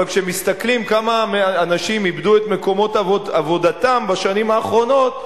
אבל כשמסתכלים כמה אנשים איבדו את מקומות עבודתם בשנים האחרונות,